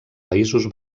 països